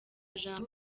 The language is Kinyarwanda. jambo